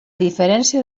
diferència